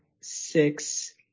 six